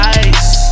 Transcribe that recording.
ice